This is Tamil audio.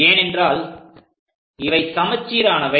ஏனென்றால் இவை சமச்சீரானவை